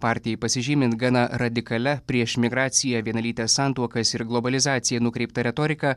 partijai pasižymint gana radikalia prieš migraciją vienalytes santuokas ir globalizaciją nukreipta retorika